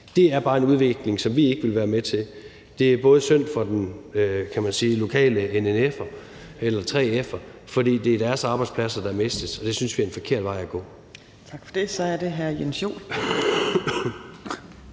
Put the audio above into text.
det er bare en udvikling, som vi ikke vil være med til. Det er både synd for den lokale NNF'er eller 3F'er, for det er deres arbejdspladser, der mistes, og det synes vi er en forkert vej at gå. Kl. 10:39 Fjerde næstformand